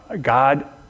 God